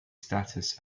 status